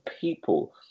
people